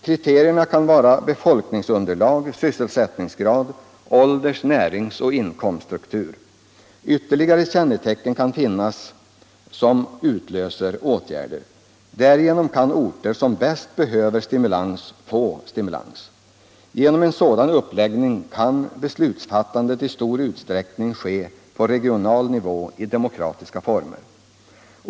Kriterierna kan bygga på befolkningsunderlag, sysselsättningsgrad samt ålder-, näringsoch inkomststruktur. Ytterligare kännetecken kan finnas som utlöser åtgärder. Därigenom kan orter som bäst behöver stimulans få den. Genom en sådan uppläggning kan beslutsfattandet i stor utsträckning ske på regional nivå i demokratiska former.